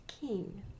king